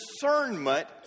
discernment